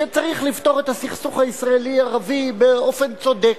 שצריך לפתור את הסכסוך הישראלי ערבי באופן צודק,